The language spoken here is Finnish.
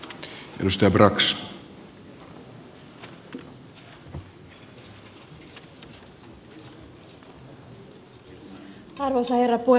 arvoisa herra puhemies